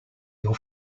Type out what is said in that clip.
your